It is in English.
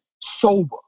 sober